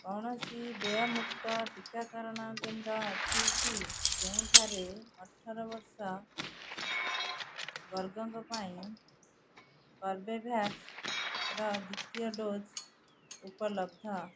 କୌଣସି ଦେୟମୁକ୍ତ ଟିକାକରଣ କେନ୍ଦ୍ର ଅଛି କି ଯେଉଁଠାରେ ଅଠର ବର୍ଷ ବର୍ଗଙ୍କ ପାଇଁ କର୍ବେଭ୍ୟାକ୍ସର ଦ୍ୱିତୀୟ ଡୋଜ୍ ଉପଲବ୍ଧ